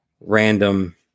random